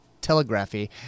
telegraphy